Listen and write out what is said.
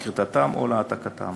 לכריתתם